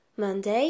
Monday